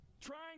trying